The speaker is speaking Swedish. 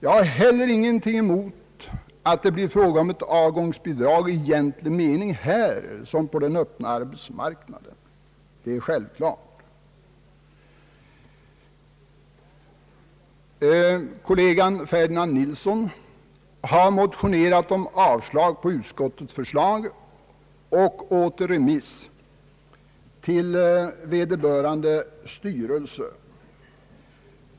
Jag har inte heller någonting emot att det blir ett avgångsbidrag i egentlig mening i vårt fall, på samma sätt som gäller på den öppna arbetsmarknaden. Kollegan herr Ferdinand Nilsson har motionerat om avslag på utskottets förslag och om återremiss till vederbörande styrelse.